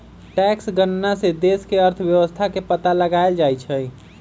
tax गणना से देश के अर्थव्यवस्था के पता लगाएल जाई छई